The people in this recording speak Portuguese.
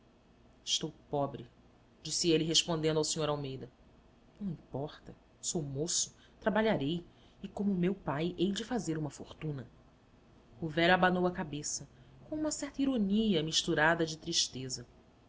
estou pobre disse ele respondendo ao sr almeida não importa sou moço trabalharei e como meu pai hei de fazer uma fortuna o velho abanou a cabeça com uma certa ironia misturada de tristeza